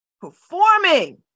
Performing